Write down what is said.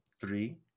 Three